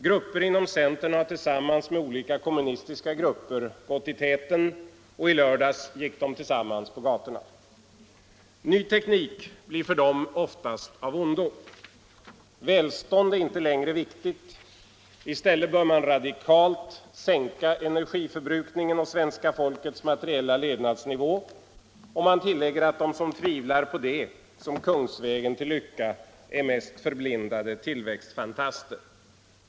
Grupper inom centern har tillsammans med olika kommunistiska grupper gått i täten. I lördags gick de tillsammans på gatorna. Ny teknik blir för dem oftast av ondo. Välstånd är inte längre viktigt; i stället bör man radikalt sänka energiförbrukningen och svenska folkets materiella levnadsnivå. De som tvivlar på detta som kungsvägen till lycka är mest förblindade tillväxtfantaster.